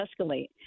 escalate